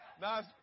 nice